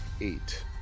eight